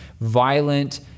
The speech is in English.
violent